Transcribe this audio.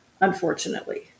unfortunately